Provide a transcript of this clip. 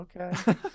Okay